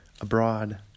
abroad